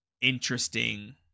interesting